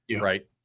right